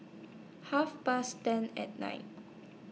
Half Past ten At Night